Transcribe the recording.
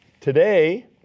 Today